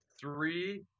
Three